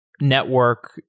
network